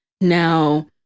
now